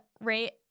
rate